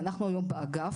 אנחנו היום באגף,